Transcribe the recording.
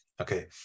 Okay